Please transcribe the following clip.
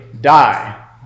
die